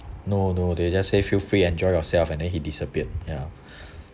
no no they just say feel free enjoy yourself and then he disappeared ya